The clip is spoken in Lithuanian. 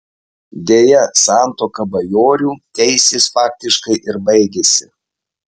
deja santuoka bajorių teisės faktiškai ir baigėsi